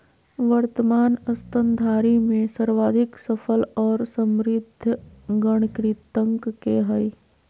वर्तमान स्तनधारी में सर्वाधिक सफल और समृद्ध गण कृंतक के हइ